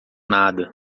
nada